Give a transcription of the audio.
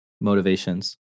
motivations